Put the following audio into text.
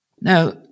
Now